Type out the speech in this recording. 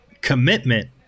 commitment